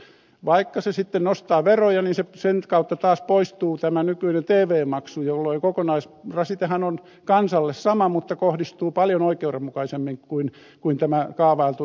vaikka se sitten nostaa veroja niin sen kautta taas poistuu tämä nykyinen tv maksu jolloin kokonaisrasitehan on kansalle sama mutta kohdistuu paljon oikeudenmukaisemmin kuin tämä kaavailtu yle maksu